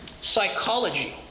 psychology